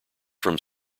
from